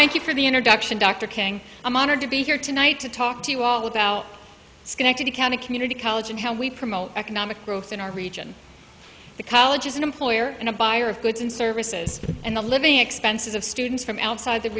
thank you for the introduction dr king i'm honored to be here tonight to talk to you all about schenectady county community college and how we promote economic growth in our region the college as an employer and a buyer of goods and services and the living expenses of students from outside the